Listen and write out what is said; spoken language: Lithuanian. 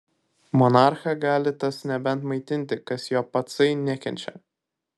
monarchą gali tas nebent maitinti kas jo patsai nekenčia